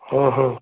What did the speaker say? हाँ हाँ